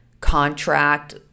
contract